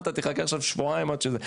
מה אתה תחכה עכשיו שבועיים עד שזה.